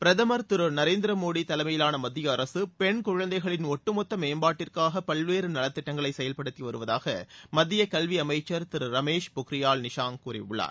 பிரதமர் திரு நரேந்திர மோடி தலைமையிலான மத்திய அரசு பெண் குழந்தைகளின் ஒட்டுமொத்த மேம்பாட்டிற்காக பல்வேறு நலத்திட்டங்களை செயல்படுத்தி வருவதாக மத்திய கல்வி அமைச்சர் திரு ரமேஷ் பொக்ரியால் நிஷாங்க் கூறியுள்ளார்